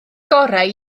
gorau